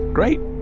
great!